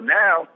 now